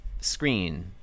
screen